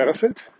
benefit